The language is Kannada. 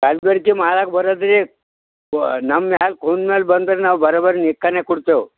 ಕಲ್ಬೆರ್ಕೆ ಮಾಡೋಕೆ ಬರೋ ರೀ ಓ ನಮ್ಮ ಮ್ಯಾಲ ಬಂದ್ರೆ ನಾವು ಬರೋಬ್ಬರಿ ನಿಕ್ಕನೆ ಕೊಡ್ತೀವಿ